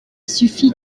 suffit